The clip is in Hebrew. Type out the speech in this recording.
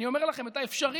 אני אומר לכם: את האפשרי,